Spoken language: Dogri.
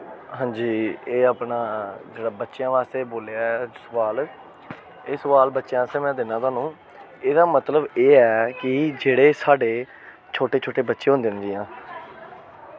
हां जी एह् अपना जेह्ड़ा बच्चें बास्तै बोलेआ ऐ सोआल एह् सोआल बच्चें आस्तै में दिन्ना थुहानू एह्दा मतलब एह् ऐ कि जेह्ड़े साढ़े छोटे छोटे बच्चे होंदे न जियां